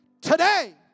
today